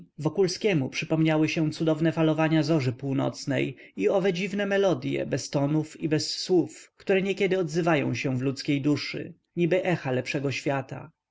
wokulskiemu przypomniały się cudowne falowania zorzy północnej i owe dziwne melodye bez tonów i bez słów które niekiedy odzywają się w ludzkiej duszy niby echa lepszego świata